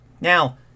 Now